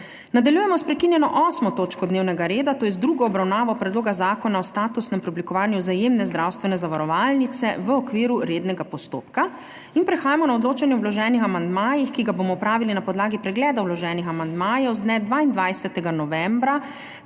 Nadaljujemo s prekinjeno 8. točko dnevnega reda, to je z drugo obravnavo Predloga zakona o statusnem preoblikovanju Vzajemne zdravstvene zavarovalnice v okviru rednega postopka. Prehajamo na odločanje o vloženih amandmajih, ki ga bomo opravili na podlagi pregleda vloženih amandmajev z dne 22. novembra